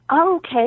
Okay